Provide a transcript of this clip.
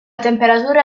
temperatura